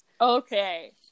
Okay